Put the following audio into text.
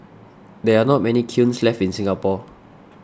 there are not many kilns left in Singapore